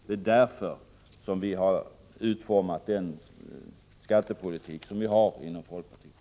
Det är därför som vi inom folkpartiet har utformat skattepolitiken på det här sättet.